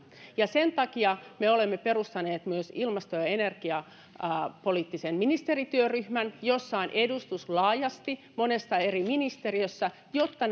ja sen takia me olemme perustaneet myös ilmasto ja ja energiapoliittisen ministerityöryhmän jossa on edustus laajasti monesta eri ministeriöstä jotta